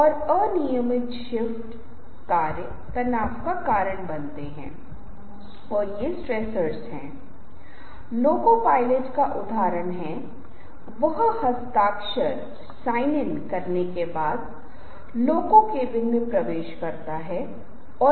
इसलिए आज हम बॉडी लैंग्वेज पर ध्यान केंद्रित करने जा रहे हैं विजुअल प्रेजेंटेशन पर भी ध्यान केंद्रित करेंगे और स्लाइड और पीपीटी विकसित करने के तरीके पर भी बात करेंगे